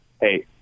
hey